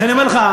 לכן אני אומר לך,